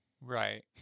right